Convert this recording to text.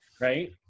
Right